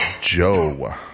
Joe